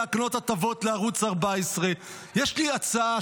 להקנות הטבות לערוץ 14. יש לי הצעה,